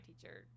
teacher